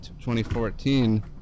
2014